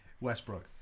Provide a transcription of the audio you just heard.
Westbrook